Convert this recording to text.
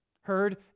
heard